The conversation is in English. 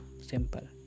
simple